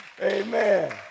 Amen